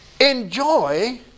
Enjoy